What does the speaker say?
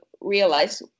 realize